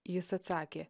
jis atsakė